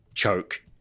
choke